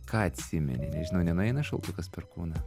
ką atsimeni nežinau nenueina šaltukas per kūną